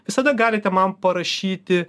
visada galite man parašyti